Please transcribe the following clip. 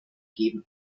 gegeben